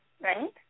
right